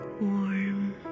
warm